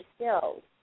skills